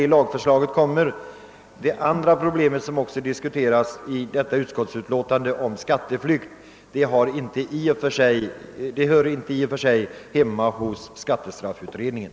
Det andra problemet beträffande skatteflykt som också diskuteras i det föreliggande utskottsutlåtandet hör egentligen inte hemma i skattestrafflagutredningen.